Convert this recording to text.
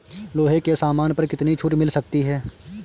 लोहे के सामान पर कितनी छूट मिल सकती है